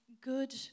good